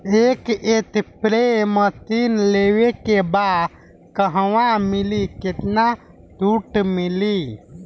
एक spray machine लेवे के बा कहवा मिली केतना छूट मिली?